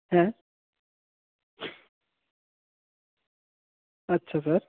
হ্যাঁ আচ্ছা স্যার